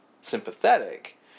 sympathetic